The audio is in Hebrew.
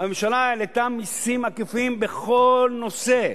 הממשלה העלתה מסים עקיפים בכל נושא